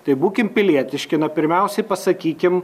tai būkim pilietiški na pirmiausiai pasakykim